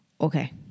Okay